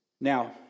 Now